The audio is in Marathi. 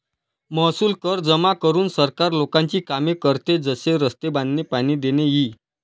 महसूल कर जमा करून सरकार लोकांची कामे करते, जसे रस्ते बांधणे, पाणी देणे इ